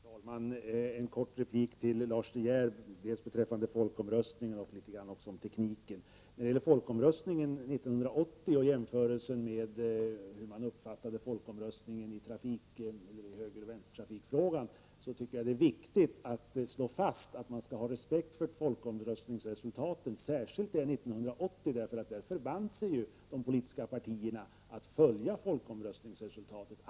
Fru talman! En kort replik till Lars De Geer dels beträffande folkomröstningen, dels beträffande tekniken. När det gäller folkomröstningen 1980 i jämförelse med folkomröstningen om vänster/högertrafik är det viktigt att slå fast att man skall ha respekt för folkomröstningsresultatet, särskilt för det 1980 där de politiska partierna förband sig att följa folkomröstningens resultat.